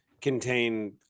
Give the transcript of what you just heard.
contain